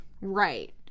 Right